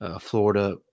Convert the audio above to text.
Florida